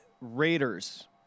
Raiders